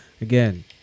again